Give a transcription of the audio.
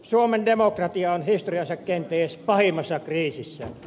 suomen demokratia on historiansa kenties pahimmassa kriisissä